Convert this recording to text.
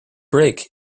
break